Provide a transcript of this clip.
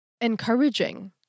encouraging